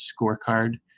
scorecard